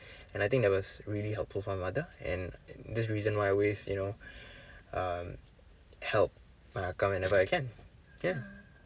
and I think that was really helpful for my mother and this reason why I always you know um help my அக்கா:akkaa whenever I can ya